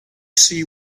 see